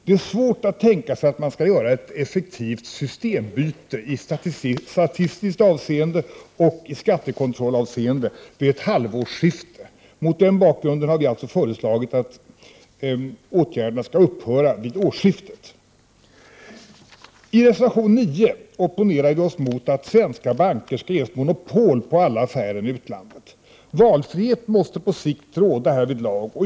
Det är svårt att tänka sig att man skall göra ett effektivt systembyte i statistiskt avseende och skattekontrollavseende vid ett halvårsskifte. Mot den bakgrunden har vi föreslagit att åtgärderna skall upphöra vid årsskiftet. I reservation 9 opponerar vi oss mot att svenska banker skall ges monopol på alla affärer med utlandet. Valfrihet måste på sikt råda härvidlag.